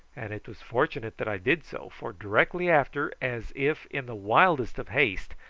and it was fortunate that i did so, for directly after, as if in the wildest of haste,